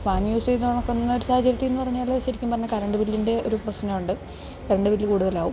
fan use ചെയ്ത് ഉണക്കുന്ന ഒരു സാഹചര്യത്തിൽ എന്ന് പറഞ്ഞാൽ ശരിക്കും പറഞ്ഞാൽ കറണ്ട് ബില്ലിൻ്റെ ഒരു പ്രശ്നം ഉണ്ട് കറണ്ട് ബില്ല് കൂടുതലാവും